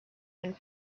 and